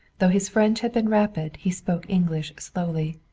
though his french had been rapid he spoke english slowly.